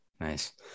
Nice